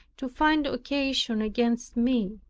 to find occasion against me.